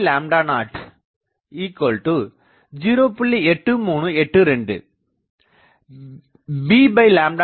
8382 b00